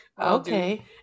Okay